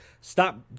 Stop